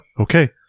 okay